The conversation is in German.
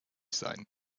sein